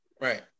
Right